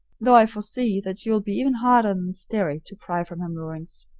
though i foresee that she will be even harder than sterry to pry from her moorings.